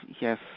yes